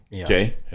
Okay